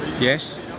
Yes